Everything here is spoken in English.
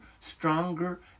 stronger